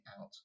out